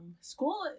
school